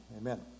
amen